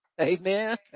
Amen